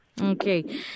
Okay